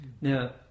Now